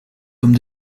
comme